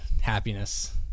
happiness